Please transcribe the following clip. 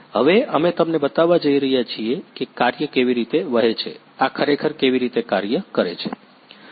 હવે અમે તમને બતાવવા જઈ રહ્યા છીએ કે કાર્ય કેવી રીતે વહે છે આ ખરેખર કેવી રીતે કાર્ય કરે છે